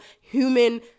human